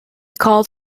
called